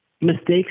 Mistakes